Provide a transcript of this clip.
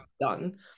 done